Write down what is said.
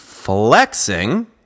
flexing